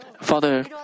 Father